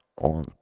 on